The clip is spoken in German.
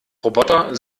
roboter